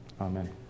Amen